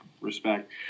respect